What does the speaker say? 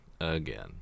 again